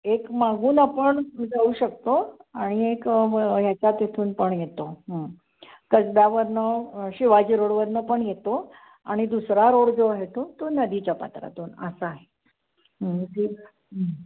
एक मागून आपण जाऊ शकतो आणि एक ह्याच्या तिथून पण येतो हं कसब्यावरनं शिवाजी रोडवरनं पण येतो आणि दुसरा रोड जो आहे तो तो नदीच्या पात्रातून असा आहे